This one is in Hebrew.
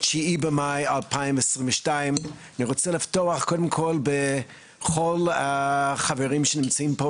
9 במאי 2022. אני רוצה לפתוח קודם כל ולציין את כל החברים שנמצאים פה